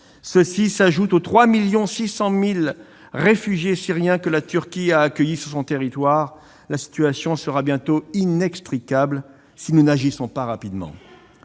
qui s'ajoutent aux 3,6 millions de réfugiés syriens que la Turquie a accueillis sur son territoire. La situation sera bientôt inextricable si nous n'agissons pas rapidement.